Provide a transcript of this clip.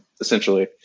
essentially